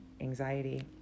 anxiety